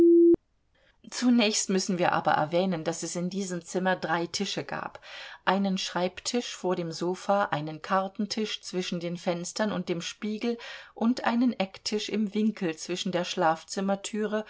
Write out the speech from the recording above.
zunächst müssen wir aber erwähnen daß es in diesem zimmer drei tische gab einen schreibtisch vor dem sofa einen kartentisch zwischen den fenstern unter dem spiegel und einen ecktisch im winkel zwischen der schlafzimmertüre